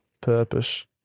purpose